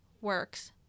works